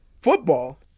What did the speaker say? football